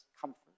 comfort